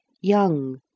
young